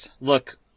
look